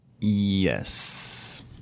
Yes